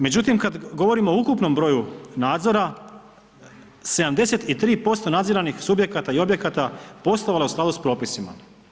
Međutim, kad govorimo o ukupnom broju nadzora 73% nadziranih subjekata i objekata poslovalo je u skladu s propisima.